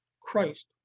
Christ